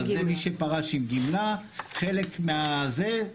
אבל זה מי שפרש עם גמלה חלק מזה.